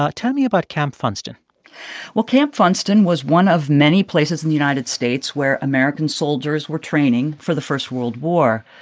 ah tell me about camp funston well, camp funston was one of many places in the united states where american soldiers were training for the first world war.